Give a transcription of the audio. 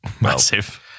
massive